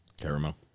caramel